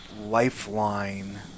lifeline